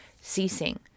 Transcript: ceasing